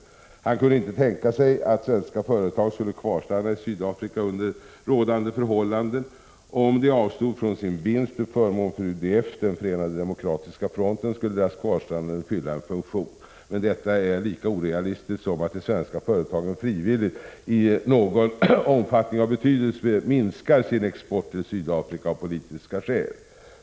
Han kunde inte tänka 3 november 1986 sig att svenska företag skulle kvarstanna i Sydafrika under rådande förhållandT mo den. Om de avstod från sin vinst till förmån för UDF, den förenade demokratiska fronten skulle deras kvarstannande fylla en funktion, men detta är lika orealistiskt som att de svenska företagen frivilligt i någon omfattning av betydelse minskar sin export till Sydafrika av politiska skäl.